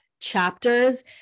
chapters